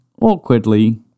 awkwardly